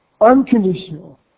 unconditional